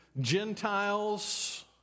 Gentiles